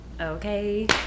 Okay